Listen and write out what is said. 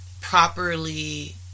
properly